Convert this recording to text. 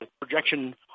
projection